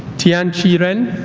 tianchi ren